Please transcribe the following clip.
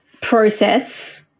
process